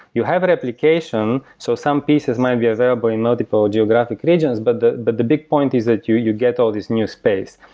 you have a replication, so some pieces might be available in multiple geographic regions. but the the big point is that you you get all these new space.